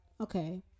Okay